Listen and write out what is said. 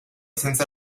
senza